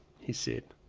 he said,